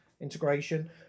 integration